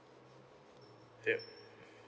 yup